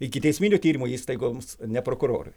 ikiteisminio tyrimo įstaigoms ne prokurorui